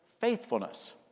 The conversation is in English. faithfulness